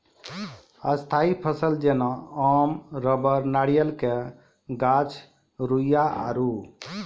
स्थायी फसल जेना आम रबड़ नारियल के गाछ रुइया आरु